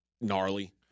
gnarly